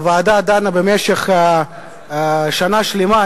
הוועדה דנה במשך שנה שלמה,